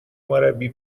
مربی